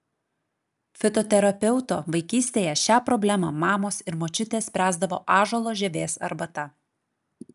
fitoterapeuto vaikystėje šią problemą mamos ir močiutės spręsdavo ąžuolo žievės arbata